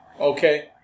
Okay